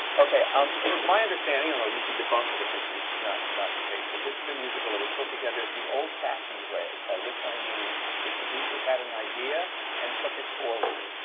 okay, ah it was my understanding, although you can debunk it, if this is not not the case, that this is a musical that was put together the old-fashioned way, by which i mean a producer had an idea and took it forward.